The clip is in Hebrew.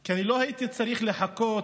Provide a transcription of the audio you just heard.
כי אני לא הייתי צריך לחכות